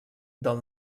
del